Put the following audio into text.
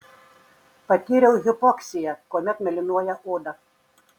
patyriau hipoksiją kuomet mėlynuoja oda